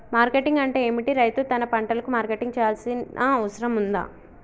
Marketing అంటే ఏమిటి? రైతు తన పంటలకు మార్కెటింగ్ చేయాల్సిన అవసరం ఉందా?